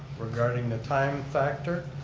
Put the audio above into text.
regarding the time factor,